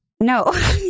No